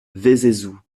vézézoux